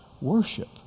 worship